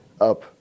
up